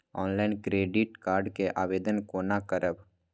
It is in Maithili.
ऑनलाईन क्रेडिट कार्ड के आवेदन कोना करब?